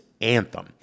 anthem